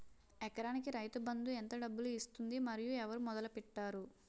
ఎకరానికి రైతు బందు ఎంత డబ్బులు ఇస్తుంది? మరియు ఎవరు మొదల పెట్టారు?